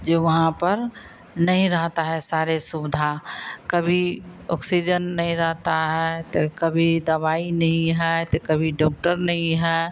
जो वहाँ पर नहीं रहता है सारी सुविधा कभी ऑक्सीजन नहीं रहता है तो कभी दवाई नहीं है ते कभी डॉक्टर नहीं है